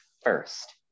first